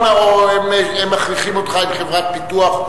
או שהם מכריחים אותך עם חברת פיתוח?